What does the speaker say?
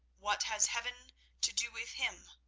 what has heaven to do with him,